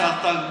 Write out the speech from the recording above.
זה לא רק התנ"ך,